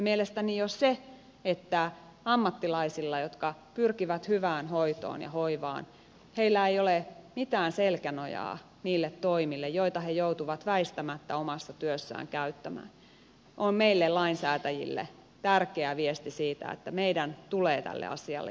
mielestäni jo se että ammattilaisilla jotka pyrkivät hyvään hoitoon ja hoivaan ei ole mitään selkänojaa niille toimille joita he joutuvat väistämättä omassa työssään käyttämään on meille lainsäätäjille tärkeä viesti siitä että meidän tulee tälle asialle jotakin tehdä